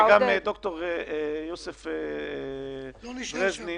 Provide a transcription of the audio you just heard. וגם ד"ר יוסף דרזנין